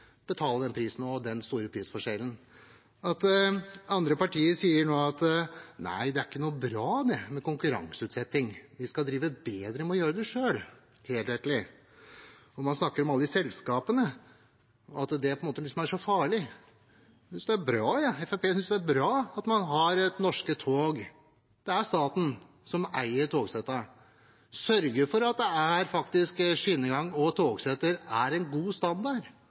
betale den høye prisen og ha den høye prisforskjellen. Andre partier sier nå at det ikke er bra med konkurranseutsetting. Man skal drive det bedre ved å gjøre det selv, mer helhetlig. Man snakker også om alle selskapene, og at det er så farlig. Fremskrittspartiet synes det er bra at man har norske tog. Det er staten som eier togsettene, og som sørger for at skinnegangen og togsettene har en god standard.